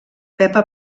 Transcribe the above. pepa